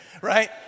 right